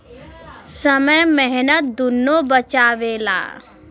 समय मेहनत दुन्नो बचावेला